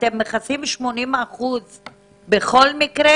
אתם מכסים 80% בכל מקרה,